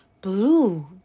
Blue